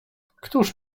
któż